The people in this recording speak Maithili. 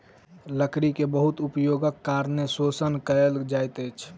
लकड़ी के बहुत उपयोगक कारणें शोषण कयल जाइत अछि